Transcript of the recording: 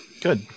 Good